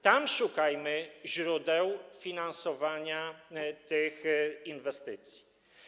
Tam szukajmy źródeł finansowania tych inwestycji.